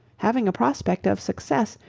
having a prospect of success,